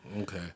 Okay